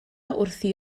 wrthi